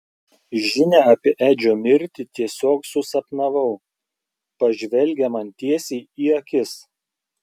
žinią apie edžio mirtį tiesiog susapnavau pažvelgia man tiesiai į akis